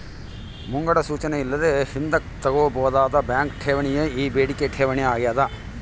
ಮುಂಗಡ ಸೂಚನೆ ಇಲ್ಲದೆ ಹಿಂದುಕ್ ತಕ್ಕಂಬೋದಾದ ಬ್ಯಾಂಕ್ ಠೇವಣಿಯೇ ಈ ಬೇಡಿಕೆ ಠೇವಣಿ ಆಗ್ಯಾದ